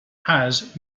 has